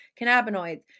Cannabinoids